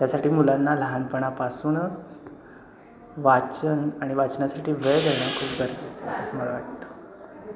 त्यासाठी मुलांना लहानपणापासूनच वाचन आणि वाचनासाठी वेळ देणं खूप गरजेचं आहे असं मला वाटतं